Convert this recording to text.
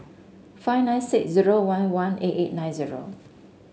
five nine six zero one one eight eight nine zero